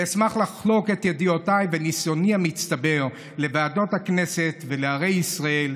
ואשמח לחלוק את ידיעותיי וניסיוני המצטבר בוועדות הכנסת ובערי ישראל,